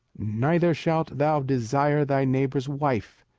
neither shalt thou desire thy neighbour's wife,